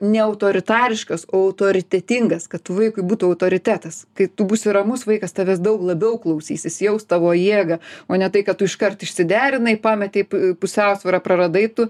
ne autoritariškas o autoritetingas kad vaikui būtų autoritetas kai tu būsi ramus vaikas tavęs daug labiau klausysis jaus tavo jėgą o ne tai kad tu iškart išsiderinai pametei pusiausvyrą praradai tu